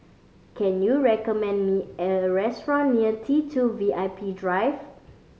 can you recommend me a restaurant near T Two V I P Drive